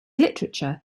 literature